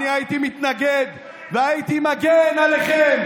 אני הייתי מתנגד והייתי מגן עליכם,